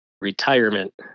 retirement